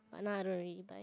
but now I don't really buy